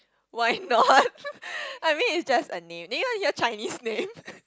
why not I mean it's just a name then you want you want Chinese name